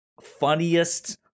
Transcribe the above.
funniest